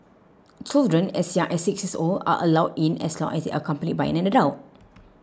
children as young as six years old are allowed in as long as they are accompanied by an adult